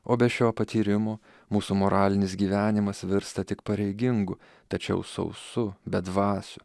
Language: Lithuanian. o be šio patyrimo mūsų moralinis gyvenimas virsta tik pareigingu tačiau sausu bedvasiu